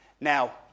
Now